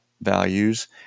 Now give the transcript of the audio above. values